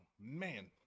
man